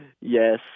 Yes